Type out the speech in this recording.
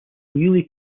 newly